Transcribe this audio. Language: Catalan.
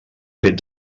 fet